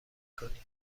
کنی